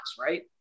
right